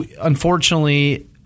unfortunately